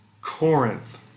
Corinth